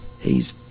He's